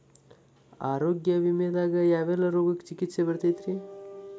ಆರೋಗ್ಯ ವಿಮೆದಾಗ ಯಾವೆಲ್ಲ ರೋಗಕ್ಕ ಚಿಕಿತ್ಸಿ ಬರ್ತೈತ್ರಿ?